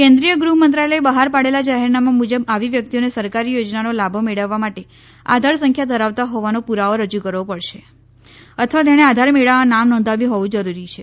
કેન્દ્રિય ગૃહ મંત્રાલયે બહાર પાડેલા જાહેરનામા મુજબ આવી વ્યકિતઓને સરકારી યોજનાનો લાભ મેળવવા માટે આધાર સંખ્યા ધરાવતા હોવાનો પુરાવો રજુ કરવો પડશે અથવા તેણે આધાર મેળવવા નામ નોંધાવ્યું હોવુ જરૂરી છે